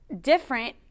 different